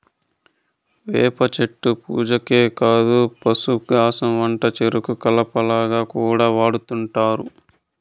వేప చెట్టు పూజకే కాదు పశుగ్రాసం వంటచెరుకు కలపగా కూడా వాడుతుంటారు